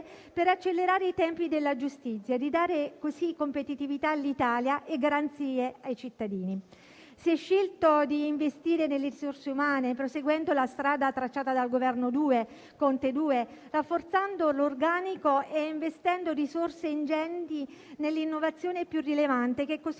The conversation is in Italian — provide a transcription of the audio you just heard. per accelerare i tempi della giustizia e dare così competitività all'Italia e garanzie ai cittadini. Si è scelto di investire nelle risorse umane, proseguendo sulla strada tracciata dal Governo Conte II, rafforzando l'organico e investendo risorse ingenti nell'innovazione più rilevante, costituita